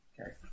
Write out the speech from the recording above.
Okay